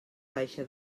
baixa